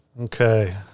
Okay